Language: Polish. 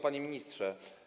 Panie Ministrze!